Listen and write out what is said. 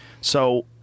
So-